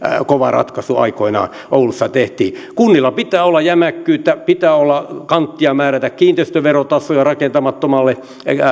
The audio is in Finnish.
kova ratkaisu aikoinaan oulussa tehtiin kunnilla pitää olla jämäkkyyttä pitää olla kanttia määrätä kiinteistöverotasoja rakentamattomalle